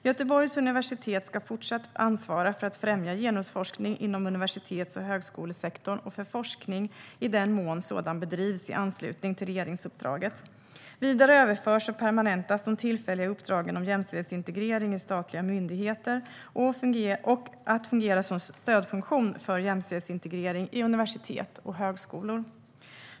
Göteborgs universitet ska fortsatt ansvara för att främja genusforskning inom universitets och högskolesektorn och för forskning, i den mån sådan bedrivs i anslutning till regeringsuppdraget. Vidare överförs och permanentas de tillfälliga uppdragen om jämställdhetsintegrering i statliga myndigheter och att fungera som stödfunktion för jämställdhetsintegrering i universitet och högskolor.